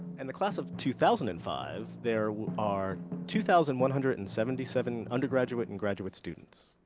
and the class of two thousand and five, there are two thousand one hundred and seventy seven undergraduate and graduate students.